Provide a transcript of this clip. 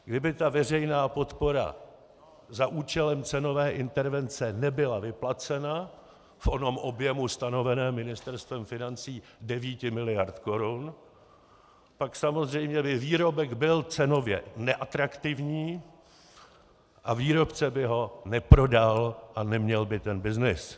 Kdyby veřejná podpora za účelem cenové intervence nebyla vyplacena v onom objemu stanoveném Ministerstvem financí devíti miliard korun, pak samozřejmě by výrobek byl cenově neatraktivní a výrobce by ho neprodal a neměl by ten byznys.